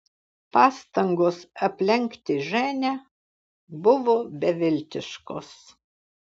pastangos aplenkti ženią buvo beviltiškos